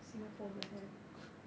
singapore also have